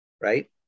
Right